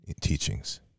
teachings